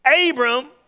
Abram